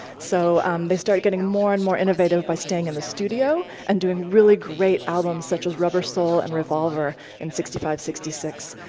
so they started getting more and more innovative by staying in the studio and doing really great albums, such as rubber soul and revolver in sixty five, sixty six,